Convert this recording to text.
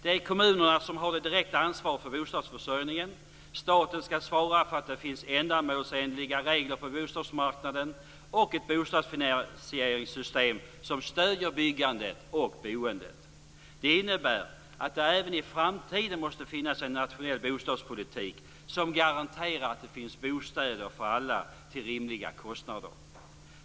Det är kommunerna som har det direkta ansvaret för bostadsförsörjningen. Staten ska svara för att det finns ändamålsenliga regler på bostadsmarknaden och ett bostadsfinansieringssystem som stöder byggandet och boendet. Det innebär att det även i framtiden måste finnas en nationell bostadspolitik som garanterar att det finns bostäder för alla till rimliga kostnader.